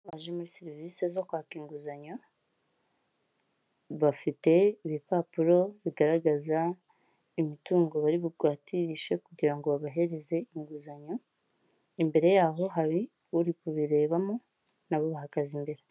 Abaje muri serivise zo kwaka inguzanyo, bafite ibipapuro bigaragaza imitungo bari bugwaterishe kugira ngo babahereze inguzanyo, imbere yabo hari uri kubirebamo na bo bahagaze imbere.